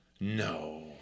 No